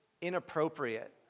inappropriate